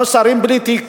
שרים בלי תיק.